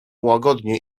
łagodnie